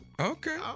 Okay